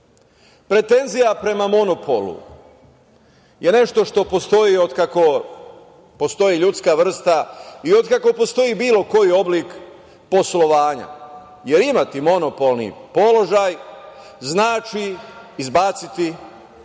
Pretenzija prema monopolu je nešto što postoji otkako postoji ljudska vrsta i otkako postoji bilo koji oblik poslovanja, jer imati monopolni položaj znači izbaciti konkurenciju,